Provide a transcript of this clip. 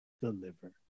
deliver